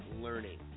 learning